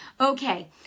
Okay